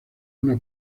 una